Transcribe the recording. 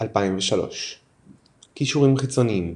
2003 קישורים חיצוניים